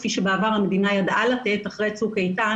כפי שבעבר המדינה ידעה לתת אחרי צוק איתן